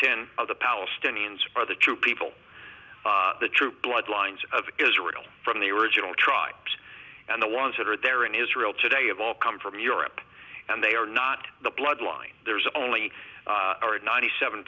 ten of the palestinians are the true people the true blood lines of israel from the original tribes and the ones that are there in israel today of all come from europe and they are not the bloodline there's only ninety seven